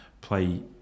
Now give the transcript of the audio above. play